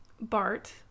Bart